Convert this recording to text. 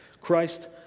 Christ